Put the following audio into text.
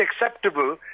acceptable